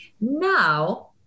Now